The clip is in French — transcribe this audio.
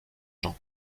jean